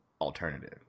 alternative